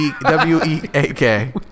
W-E-A-K